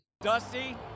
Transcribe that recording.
Dusty